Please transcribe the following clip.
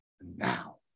now